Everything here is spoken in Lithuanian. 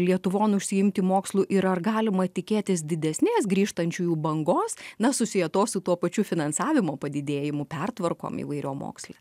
lietuvon užsiimti mokslu ir ar galima tikėtis didesnės grįžtančiųjų bangos na susietos su tuo pačiu finansavimo padidėjimu pertvarkom įvairiom moksle